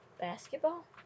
Basketball